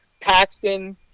Paxton